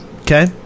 Okay